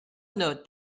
note